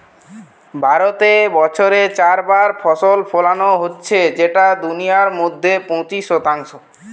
ভারতে বছরে চার বার ফসল ফোলানো হচ্ছে যেটা দুনিয়ার মধ্যে পঁচিশ শতাংশ